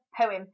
poem